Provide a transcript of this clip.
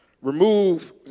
Remove